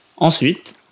Ensuite